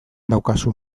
daukazu